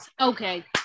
Okay